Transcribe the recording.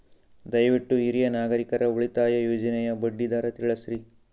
ದಯವಿಟ್ಟು ಹಿರಿಯ ನಾಗರಿಕರ ಉಳಿತಾಯ ಯೋಜನೆಯ ಬಡ್ಡಿ ದರ ತಿಳಸ್ರಿ